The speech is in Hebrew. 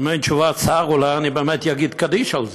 אם אין תשובת שר, אולי אני באמת אגיד קדיש על זה.